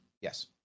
Yes